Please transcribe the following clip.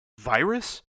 virus